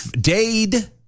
dade